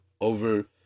over